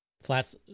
Flats